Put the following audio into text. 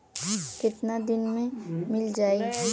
कितना दिन में मील जाई?